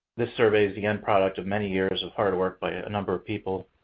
this survey's the end product of many years of hard work by a number of people,